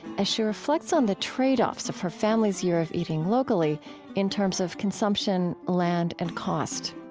as she reflects on the trade-offs of her family's year of eating locally in terms of consumption, land, and cost